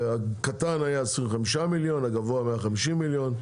הקטן היה 25 מיליון, הגבוה היה 50 מיליון.